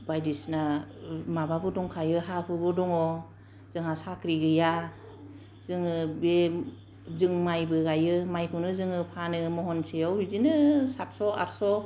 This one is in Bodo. बायदिसिना माबाबो दंखायो हा हुबो दङ जोंहा साख्रि गैया जोङो बे जों मायबो गायो मायखौनो जोङो फानो महनसेयाव बिदिनो साथस' आटस'